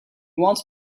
wants